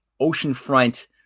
oceanfront